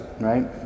right